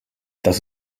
das